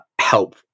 help